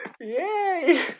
yay